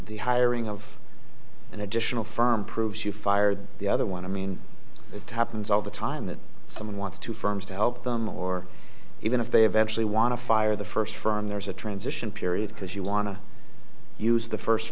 the hiring of an additional firm proves you fired the other one i mean it happens all the time that someone wants to firms to help them or even if they eventually want to fire the first firm there's a transition period because you want to use the first